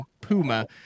Puma